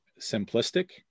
simplistic